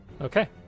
Okay